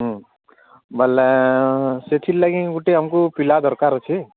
ବୋଲେ ସେଥିର ଲାଗି ଗୋଟେ ଆମକୁ ପିଲା ଦରକାର ଅଛି